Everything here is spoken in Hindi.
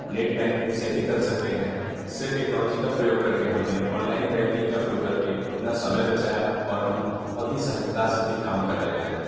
नेट बैंकिंग से ही कर सकते हैं इससे टेक्नोलॉजी का प्रयोग करके हमने ऑनलाइन बैंकिंग का प्रयोग करके अपना समय बचाया और हम बहुत ही सहजता से अपनी काम कर लेते है